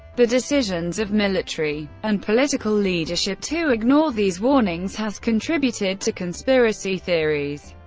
the decisions of military and political leadership to ignore these warnings has contributed to conspiracy theories.